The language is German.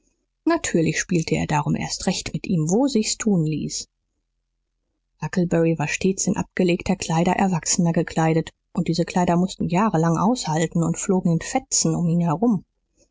natürlich spielte er darum erst recht mit ihm wo sich's tun ließ huckleberry war stets in abgelegte kleider erwachsener gekleidet und diese kleider mußten jahrelang aushalten und flogen in fetzen um ihn herum